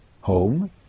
home